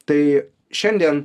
tai šiandien